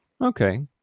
Okay